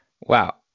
Wow